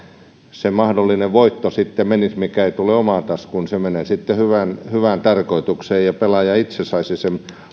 mahdollinen voitto sitten menisi eli että se mikä ei tule omaan taskuun menee sitten hyvään hyvään tarkoitukseen ja pelaaja itse saisi sen